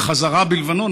בחזרה בלבנון,